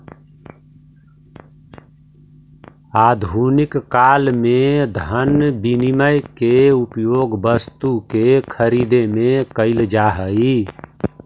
आधुनिक काल में धन विनिमय के उपयोग वस्तु के खरीदे में कईल जा हई